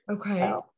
okay